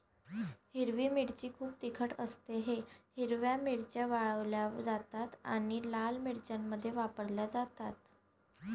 हिरवी मिरची खूप तिखट असतेः हिरव्या मिरच्या वाळवल्या जातात आणि लाल मिरच्यांमध्ये वापरल्या जातात